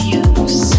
use